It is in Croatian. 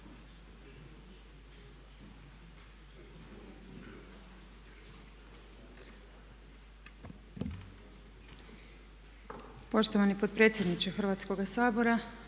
Poštovani potpredsjedniče Hrvatskog sabora,